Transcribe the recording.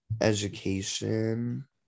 education